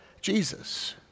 Jesus